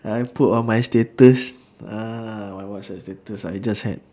I put on my status ah my whatsapp status I just had